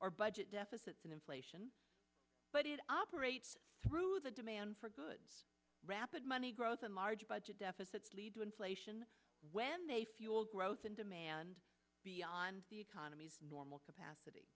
or budget deficits and inflation but it operates through the demand for good rapid money growth and large budget deficits lead to inflation when they fuel growth and demand beyond the economy is normal capacity